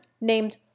named